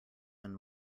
than